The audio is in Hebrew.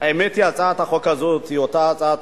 האמת היא שהצעת החוק הזאת היא אותה הצעת